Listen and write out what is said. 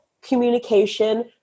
communication